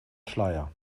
schleier